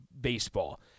baseball